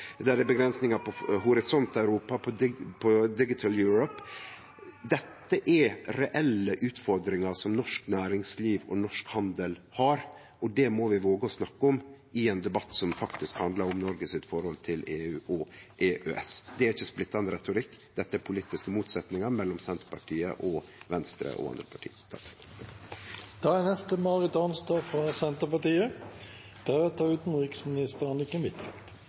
Horisont Europa og i Digital Europe. Dette er reelle utfordringar som norsk næringsliv og norsk handel har, og det må vi våge å snakke om i ein debatt som faktisk handlar om Noregs forhold til EU og EØS. Det er ikkje splittande retorikk, det er politiske motsetningar mellom Senterpartiet og Venstre og andre parti.